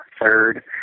third